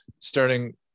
starting